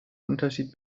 unterschied